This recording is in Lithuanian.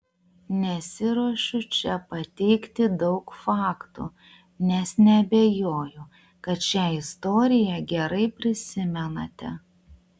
nesiruošiu čia pateikti daug faktų nes neabejoju kad šią istoriją gerai prisimenate